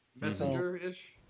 Messenger-ish